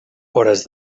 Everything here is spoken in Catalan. hores